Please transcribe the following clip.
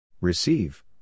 Receive